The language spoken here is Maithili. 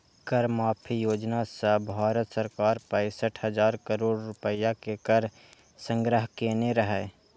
कर माफी योजना सं भारत सरकार पैंसठ हजार करोड़ रुपैया के कर संग्रह केने रहै